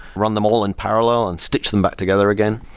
run them all in parallel and stitch them back together again.